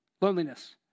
loneliness